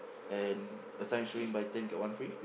and a sign showing buy ten get one free